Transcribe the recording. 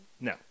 No